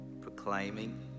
proclaiming